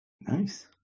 Nice